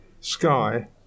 Sky